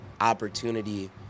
opportunity